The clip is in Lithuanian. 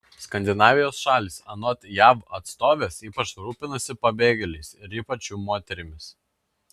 skandinavijos šalys anot jav atstovės ypač rūpinasi pabėgėliais ir ypač jų moterimis